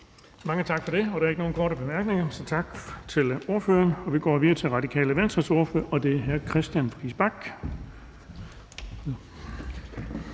Mange tak for det. Der er ikke nogen korte bemærkninger, så tak til ordføreren. Vi går videre til Radikale Venstres ordfører, og det er hr. Christian Friis Bach.